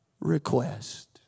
request